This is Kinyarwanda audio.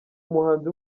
umuhanzi